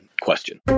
question